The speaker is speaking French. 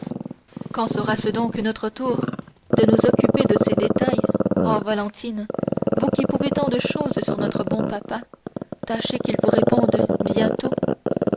quand sera-ce donc notre tour de nous occuper de ces détails oh valentine vous qui pouvez tant de choses sur notre bon papa tâchez qu'il vous réponde bientôt